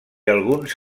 alguns